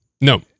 no